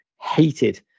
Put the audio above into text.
hated